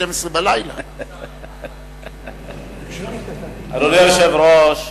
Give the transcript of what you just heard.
24:00. אדוני היושב-ראש,